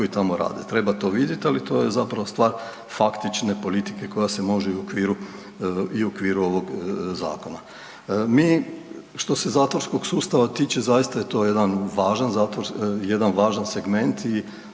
koji tamo rade. Treba to vidjeti, ali to je zapravo stvar faktične politike koja se može i u okviru, i u okviru ovoga zakona. Mi što se zatvorskog sustava tiče zaista je to jedan važan segment i